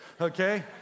Okay